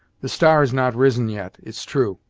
the star has not risen yet, it's true,